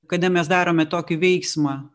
kada mes darome tokį veiksmą